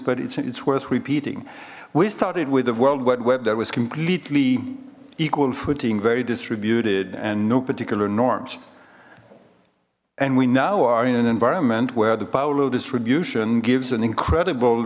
but it's it's worth repeating we started with the world wide web that was completely equal footing very distributed and no particular norms and we now are in an environment where the parallel distribution gives an incredible